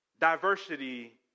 Diversity